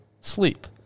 sleep